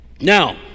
Now